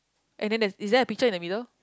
and then there's is there a picture in a middle